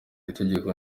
itegeko